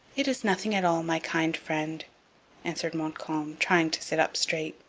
it is nothing at all, my kind friend answered montcalm, trying to sit up straight,